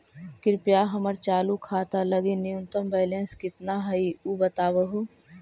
कृपया हमर चालू खाता लगी न्यूनतम बैलेंस कितना हई ऊ बतावहुं